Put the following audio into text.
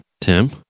Tim